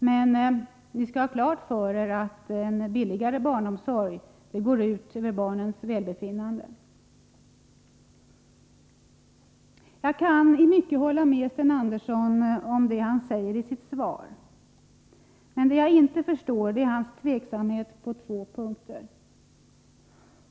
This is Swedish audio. Men ni skall ha klart för er att en billigare mög barnomsorg går ut över barnens välbefinnande. Jag kan i mycket hålla med Sten Andersson om det han säger i sitt svar. Men det jag inte förstår är hans tveksamhet på två punkter.